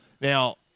Now